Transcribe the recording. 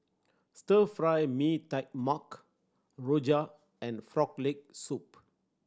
Stir Fry Mee Tai Mak rojak and Frog Leg Soup